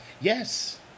Yes